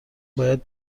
باید